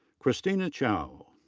christina cao.